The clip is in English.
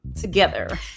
together